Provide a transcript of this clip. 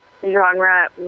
genre